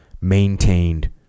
maintained